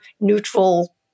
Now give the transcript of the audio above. neutral